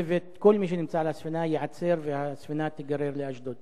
כל מי שנמצא על הספינה ייעצר והספינה תיגרר לאשדוד.